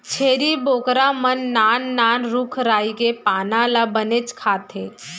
छेरी बोकरा मन नान नान रूख राई के पाना ल बनेच खाथें